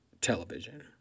television